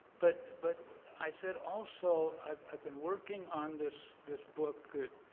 but but i said also, i've i've been working on this this book